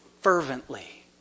fervently